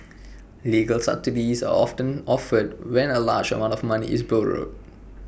legal subsidies are of turn offered when A large amount of money is borrowed